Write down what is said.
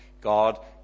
God